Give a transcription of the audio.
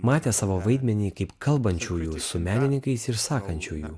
matę savo vaidmenį kaip kalbančiųjų su menininkais ir sakančiųjų